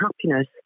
happiness